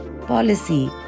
policy